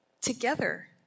Together